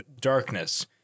Darkness